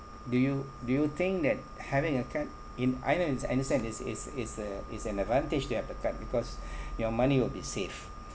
do you do you think that having a card in I un~ I understand it's it's it's a it's an advantage you have the card because your money will be safe